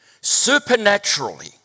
supernaturally